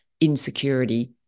insecurity